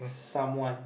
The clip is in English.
someone